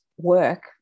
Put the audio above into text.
work